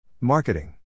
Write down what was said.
Marketing